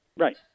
Right